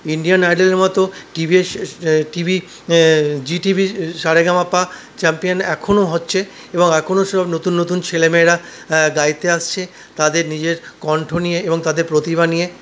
Indian আইডলের মতো TV TV Zee TV Sa Re Ga Ma Pa champion এখনো হচ্ছে এবং এখনো সব নতুন নতুন ছেলে মেয়েরা গাইতে আসছেন তাদের নিজের কণ্ঠ নিয়ে এবং তাদের প্রতিভা নিয়ে